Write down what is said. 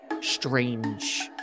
strange